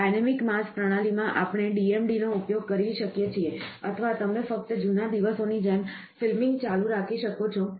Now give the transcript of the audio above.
dynamic mass પ્રણાલી માં આપણે DMD નો ઉપયોગ કરી શકીએ છીએ અથવા તમે ફક્ત જૂના દિવસોની જેમ ફિલ્મીંગ ચાલુ રાખી શકો છો